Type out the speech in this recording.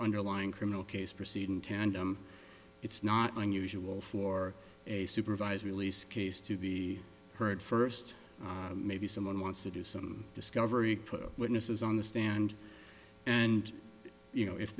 underlying criminal case proceed in tandem it's not unusual for a supervised release case to be heard first maybe someone wants to do some discovery put witnesses on the stand and you know if